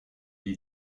est